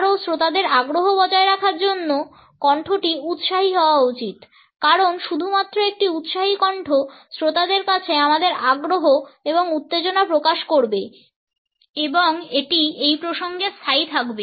আরও শ্রোতাদের আগ্রহ বজায় রাখার জন্য কন্ঠটি উৎসাহী হওয়া উচিত কারণ শুধুমাত্র একটি উৎসাহী কণ্ঠ শ্রোতাদের কাছে আমাদের আগ্রহ এবং উত্তেজনা প্রকাশ করবে এবং এটি এই প্রসঙ্গে স্থায়ী থাকবে